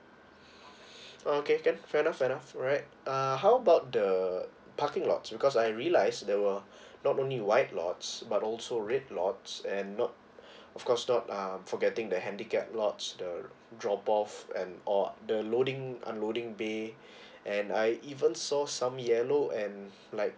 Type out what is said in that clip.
okay can fair enough fair enough right uh how about the parking lot because I realize there were not only white lots but also red lots and not of course not uh forgetting the handicap lots the drop off and or the loading unloading bay and I even saw some yellow and like